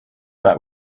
that